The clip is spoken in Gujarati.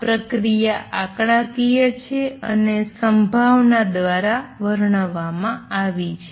આ પ્રક્રિયા આંકડાકીય છે અને સંભાવના દ્વારા વર્ણવવામાં આવી છે